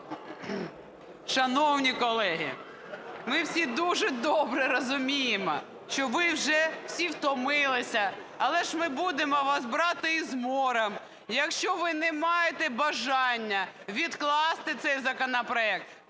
Шановні колеги, ми всі дуже добре розуміємо, що ви вже всі втомилися, але ж ми будемо вас брати ізмором. Якщо ви не маєте бажання відкласти цей законопроект,